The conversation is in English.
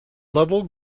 level